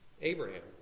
Abraham